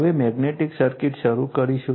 હવે magnetic circuit શરૂ કરીશું